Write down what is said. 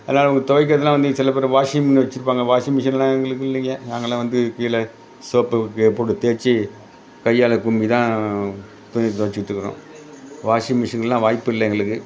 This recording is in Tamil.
அதனால அவங்க துவைக்கிறதுலாம் வந்து சில பேர் வாஷிங் மிஷின் வச்சிருப்பாங்க வாஷிங்மிஷின் எல்லாம் எங்களுக்கு இல்லைங்க நாங்கள்லாம் வந்து கீழ சோப்பு எ போட்டு தேய்ச்சு கையால் கும்மி தான் துணி துவச்சிக்கிட்டு இருக்கிறோம் வாஷிங்மிஷின் எல்லாம் வாய்ப்பு இல்லை எங்களுக்கு